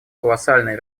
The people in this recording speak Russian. колоссальное